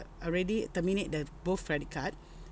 already terminate the both credit card